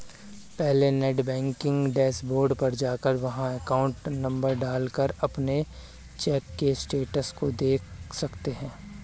पहले net banking dashboard पर जाकर वहाँ अकाउंट नंबर डाल कर अपने चेक के स्टेटस को देख सकते है